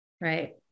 Right